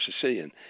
Sicilian